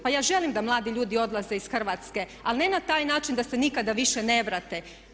Pa ja želim da mladi ljudi odlaze iz Hrvatske ali ne na taj način da se nikada više ne vrate.